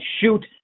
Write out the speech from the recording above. shoot